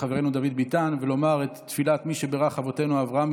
חברנו דוד ביטן ולומר את תפילת מי שבירך אבותינו אברהם,